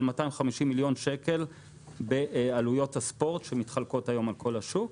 250 מיליון שקל בעלויות הספורט שמתחלקות היום על כל השוק,